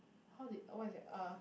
how did what is that uh